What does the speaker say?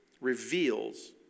reveals